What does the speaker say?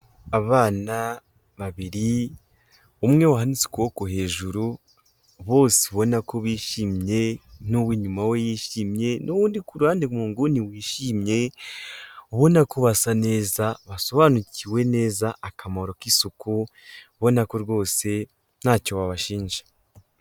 Abana babiri, umwe wahanitse ukuboko hejuru bose ubona ko bishimye n'uw'inyuma we yishimye n'undi ku ruhande mu nguni wishimye, ubonako basa neza basobanukiwe neza akamaro k'isuku ubona ko rwose ntacyo wabashinja.